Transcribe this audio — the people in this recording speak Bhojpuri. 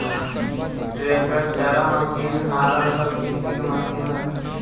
ट्रेक्टर, चारा मसीन, हालर सब कृषि के मशीन हवे